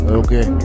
okay